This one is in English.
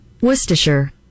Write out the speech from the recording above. Worcestershire